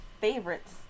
favorites